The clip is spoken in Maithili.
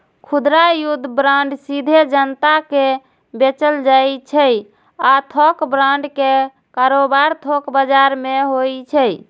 खुदरा युद्ध बांड सीधे जनता कें बेचल जाइ छै आ थोक बांड के कारोबार थोक बाजार मे होइ छै